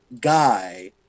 guy